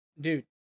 dude